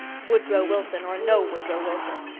woodrow wilson or no woodrow wilson,